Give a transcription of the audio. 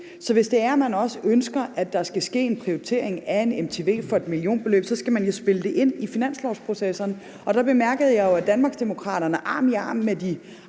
Så hvis det er, man også ønsker, at der skal ske en prioritering af en medicinsk teknologivurdering for et millionbeløb, så skal man jo spille det ind i finanslovsprocessen, og der bemærkede jeg jo, at Danmarksdemokraterne arm i arm med de